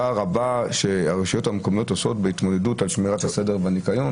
הרבה שהרשויות המקומיות עושות בהתמודדות על שמירת הסדר והניקיון,